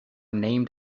named